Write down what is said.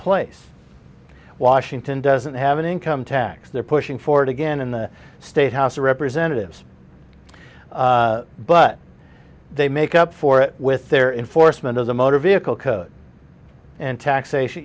place washington doesn't have an income tax they're pushing for it again in the state house of representatives but they make up for it with their in forstmann of the motor vehicle code and taxation